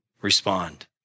respond